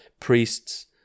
priests